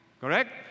correct